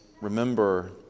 remember